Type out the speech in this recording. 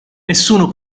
nessuno